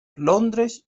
londres